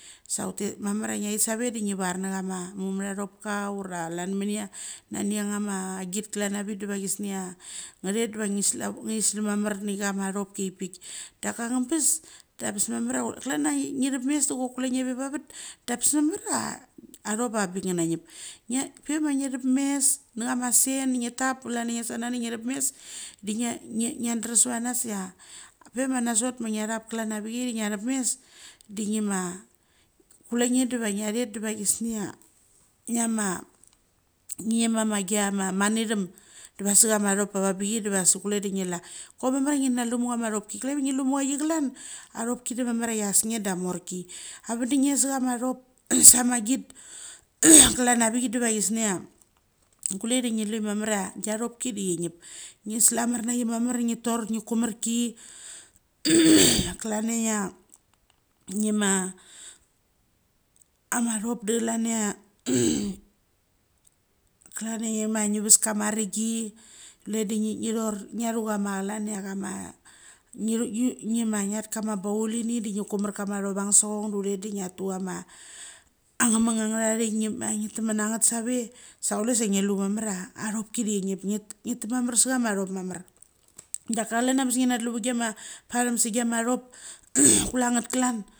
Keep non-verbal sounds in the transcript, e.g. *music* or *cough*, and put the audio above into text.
Sa ntete, mamar chia ngtheth save de ngi var nge chama mamthopka ura chail menechia uangia chama agit klan avik deva *unintelligible* ngithet dera *hesitation* slomar ngia chama athopki ohia pik. Da ka anembes dabes mamar *unintelligible* klan chia thepmes da chok chule nge veva vet da abes mamr chia athlop chia avangblik ngina ngep perma thapmes nachama sen, nge tap, klan chia ngia sana de ngthapmes ngiadrem sevanas chia per ma nasot ma nga thap klan chia vekai de ngia. Thapmes de nge ma kule nge deva ngthet deva chusenia *unintelligible* ngagieni chia ma mathngeiem dava sa chamai athop avangbichia deva sok kule de ngile, koimamar chia nga lumu chama thopki *unintelligible* ngelu machgi klan, athopki de mamar chia chias nge da morki avedem nge sa ma athop *noise* sama git *noise* klan avichia deva *unintelligible* kule de ngelu mamr chia chathopki de chenep. Ngi salmarnachi mamar de nge chomarki *noise* klah chia ngema ama thopda *unintelligible* nge ves kama rengi kule de *hesitation* ror ngthu chama *unintelligible* ngath kama bauleni de nge komamarkama athop ansochon chule de ngiatu chama *hesitation* angnchia thik ngima *unintelligible* uanget save sa kule sa ngelu mamarchia althpki de kienep *unintelligible* temamar sa chama athop mamar. Da chlan chia abes ngena tluvet giama, parem sa giama anthop *noise* kula uget klau.